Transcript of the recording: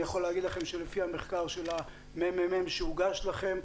אני יכול להגיד לכם שלפי מחקר של הממ"מ שהוגש לכם,